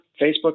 Facebook